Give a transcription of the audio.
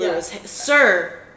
Sir